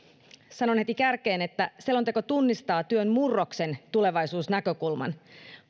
sanon heti kärkeen että selonteko tunnistaa työn murroksen tulevaisuusnäkökulman